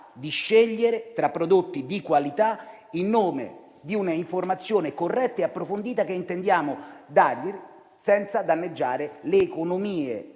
di scegliere tra prodotti di qualità. Tutto ciò in nome di una informazione corretta e approfondita che intendiamo dare, senza danneggiare le economie